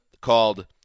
called